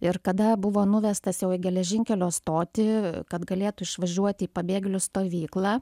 ir kada buvo nuvestas jau į geležinkelio stotį kad galėtų išvažiuoti į pabėgėlių stovyklą